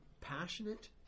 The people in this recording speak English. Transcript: passionate